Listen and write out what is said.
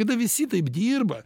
kada visi taip dirba